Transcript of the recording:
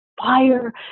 fire